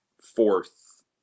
fourth